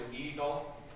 eagle